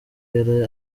yari